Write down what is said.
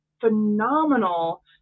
phenomenal